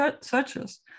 searches